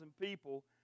people